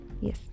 Yes